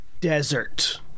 desert